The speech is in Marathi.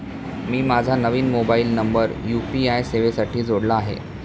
मी माझा नवीन मोबाइल नंबर यू.पी.आय सेवेमध्ये जोडला आहे